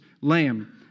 lamb